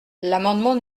l’amendement